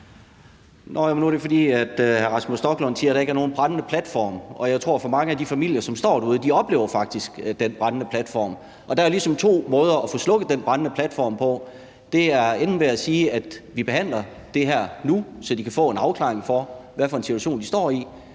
Hvelplund (EL): Hr. Rasmus Stoklund siger, at der ikke er nogen brændende platform, men jeg tror, at mange af de familier, som står derude, faktisk oplever den brændende platform. Der er ligesom to måder at få slukket den brændende platform på: Det er enten ved at sige, at vi behandler det her nu, så de kan få en afklaring på, hvad for en situation de står i,